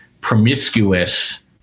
promiscuous